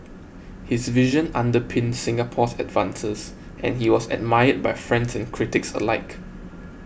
his vision underpinned Singapore's advances and he was admired by friends and critics alike